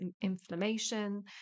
inflammation